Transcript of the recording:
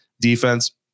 defense